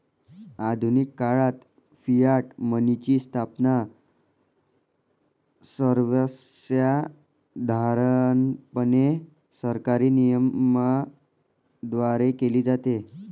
आधुनिक काळात फियाट मनीची स्थापना सर्वसाधारणपणे सरकारी नियमनाद्वारे केली जाते